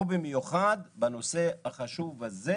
ובמיוחד בנושא החשוב הזה.